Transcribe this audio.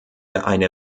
eine